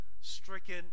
stricken